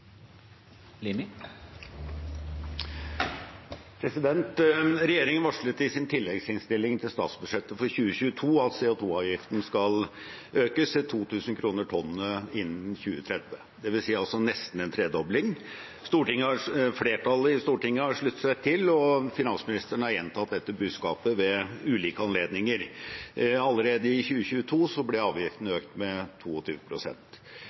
statsbudsjettet for 2022 at CO 2 -avgiften skal økes til 2 000 kr per tonn innen 2030, dvs. altså nesten en tredobling. Flertallet i Stortinget har sluttet seg til det, og finansministeren har gjentatt dette budskapet ved ulike anledninger. Allerede i 2022 ble